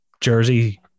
jersey